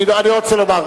אני לא רוצה לומר.